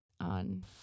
on